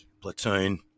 platoon